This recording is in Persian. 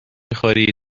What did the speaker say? خوری